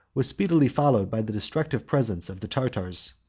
was speedily followed by the destructive presence of the tartars.